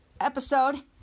episode